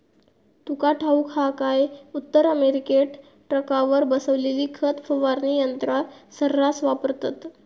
तुका ठाऊक हा काय, उत्तर अमेरिकेत ट्रकावर बसवलेली खत फवारणी यंत्रा सऱ्हास वापरतत